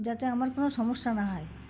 যাতে আমার কোনো সমস্যা না হয়